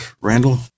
Randall